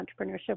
entrepreneurship